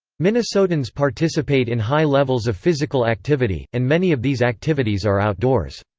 minnesotans participate in high levels of physical activity, and many of these activities are outdoors.